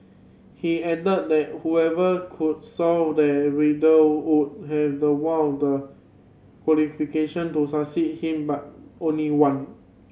he added that whoever could solve the riddle would have the one of the qualification to succeed him but only one